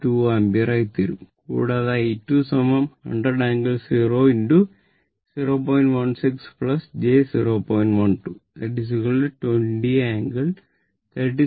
2o ampere ആയിത്തീരും കൂടാതെ I 2 20 ∟36